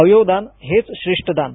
अवयव दान हेच श्रेष्ठदान